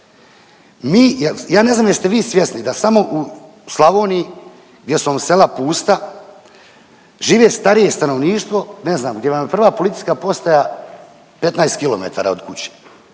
ja ne znam jeste vi svjesni da samo u Slavoniji gdje su vam sela pusta žive starije stanovništvo, ne znam gdje vam je prva policijska postaja 15 km od kuće,